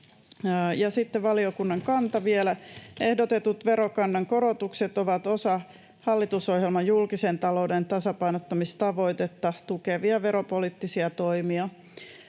sitten valiokunnan kanta vielä: Ehdotetut verokannan korotukset ovat osa hallitusohjelman julkisen talouden tasapainottamistavoitetta tukevia veropoliittisia toimia,